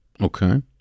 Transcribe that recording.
Okay